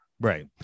right